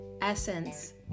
essence